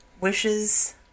wishes